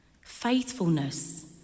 faithfulness